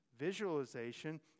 visualization